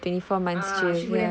ah she would have been